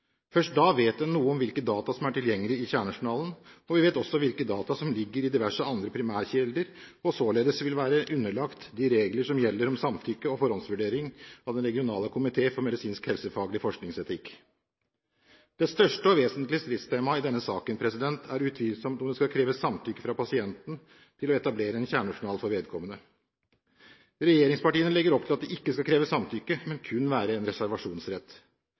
Først da vet en noe om hvilke data som er tilgjengelig i kjernejournalen. Vi vet også hvilke data som ligger i diverse andre primærkilder og således vil være underlagt de regler som gjelder om samtykke og forhåndsvurdering av De regionale komiteer for medisinsk og helsefaglig forskningsetikk. Det største og vesentligste stridstema i denne saken er utvilsomt om det skal kreves samtykke fra pasienten til å etablere en kjernejournal for vedkommende. Regjeringspartiene legger opp til at det ikke skal kreves samtykke, men kun være en reservasjonsrett.